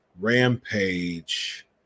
Rampage